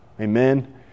Amen